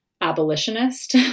abolitionist